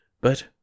but-